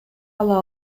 ала